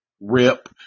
rip